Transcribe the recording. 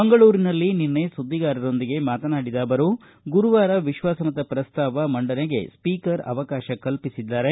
ಮಂಗಳೂರಿನಲ್ಲಿ ಸುದ್ವಿಗಾರರೊಂದಿಗೆ ಮಾತನಾಡಿದ ಅವರು ಗುರುವಾರ ವಿಶ್ವಾಸಮತ ಪ್ರಸ್ತಾವ ಮಂಡನೆಗೆ ಸ್ವೀಕರ್ ಅವಕಾಶ ನೀಡಿದ್ದಾರೆ